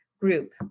group